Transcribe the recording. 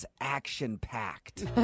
action-packed